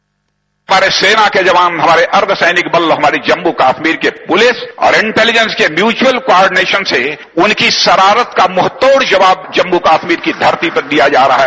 sound bite हमारे सेना के जवान हमारे अर्धसैनिक बल हमारी जम्मू कश्मीर की पुलिस और इंटेलिजेंस के म्युचुअल कार्डिनेशन उनकी शरारत का मुंहतोड़ जवाब जम्मू कश्मीर की धरती पर दिया जा रहा है